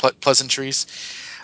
pleasantries